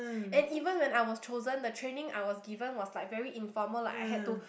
and even when I was chosen the training I was given was like very informal like I had to